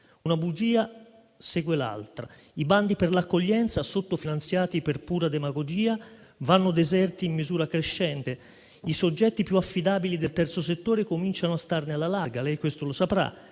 Una bugia segue l'altra. I bandi per l'accoglienza, sottofinanziati per pura demagogia, vanno deserti in misura crescente; i soggetti più affidabili del terzo settore cominciano a starne alla larga, come lei saprà.